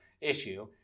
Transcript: issue